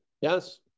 Yes